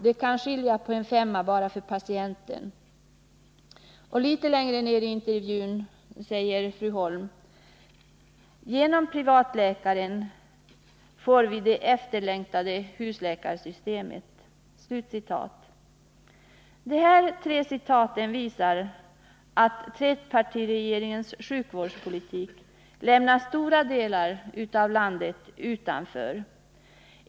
Det kan skilja på en femma bara för patienten.” Litet senare i intervjun säger fru Holm: ”Genom privatläkaren får ju vi det efterlängtade husläkarsystemet.” Dessa citat visar att trepartiregeringens sjukvårdspolitik lämnar stora länen delar av landet utanför.